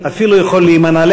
אפילו יכול להימנע.